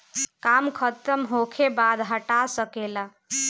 काम खतम होखे बाद हटा सके ला